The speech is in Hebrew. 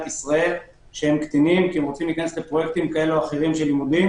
ישראל שהם קטינים שרוצים להיכנס לפרויקטים כאלה ואחרים של לימודים.